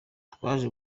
twaje